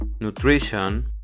nutrition